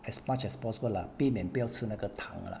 as much as possible lah 避免不要吃那个糖啦